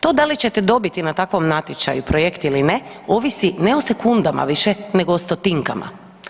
To da li ćete dobiti na takvom natječaju projekt ili ne ovisi ne o sekundama više nego o stotinkama.